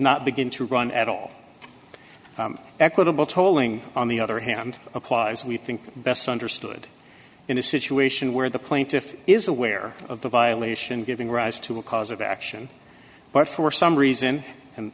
not begin to run at all equitable tolling on the other hand applies we think best understood in a situation where the plaintiff is aware of the violation giving rise to a cause of action but for some reason and